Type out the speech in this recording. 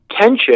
tension